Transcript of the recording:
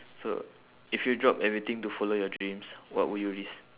so if you drop everything to follow your dreams what would you risk